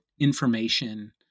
information